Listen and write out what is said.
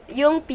yung